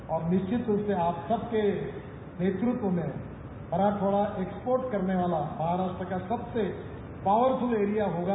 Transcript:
आप सभी निश्चित रूपसे आप सब के नेतृत्व मैं मराठवाडा यक्सपोर्ट करनेवाला महाराष्ट्रका सबसे बडा पावरफूल ऐरीया होगा